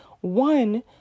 one